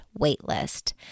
waitlist